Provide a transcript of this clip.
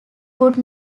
would